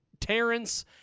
Terrence